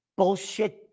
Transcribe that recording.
Bullshit